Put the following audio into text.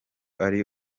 ari